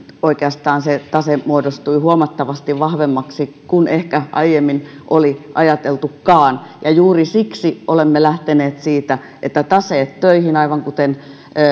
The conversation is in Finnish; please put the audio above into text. oikeastaan se tase muodostui huomattavasti vahvemmaksi kuin ehkä aiemmin oli ajateltukaan juuri siksi olemme lähteneet siitä että taseet töihin aivan kuten